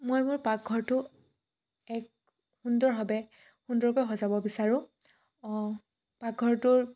মই মোৰ পাকঘৰটো এক সুন্দৰভাৱে সুন্দৰকৈ সজাব বিচাৰোঁ অঁ পাকঘৰটোৰ